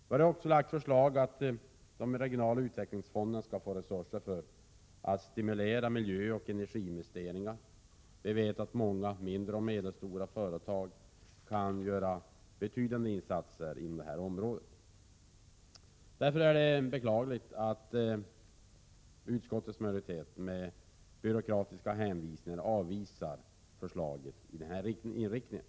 Vi har också lagt fram förslag om att de regionala utvecklingsfonderna skall få resurser för att miljöoch energiinvesteringar skall kunna stimuleras. Vi vet att många mindre och medelstora företag kan göra betydande insatser inom detta område. Det är därför beklagligt att utskottsmajoriteten med byråkratiska hänvisningar avvisar ett förslag med denna inriktning.